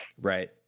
Right